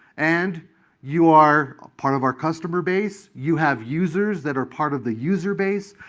and you are part of our customer base. you have users that are part of the user base,